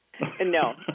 No